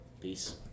Peace